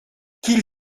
qu’il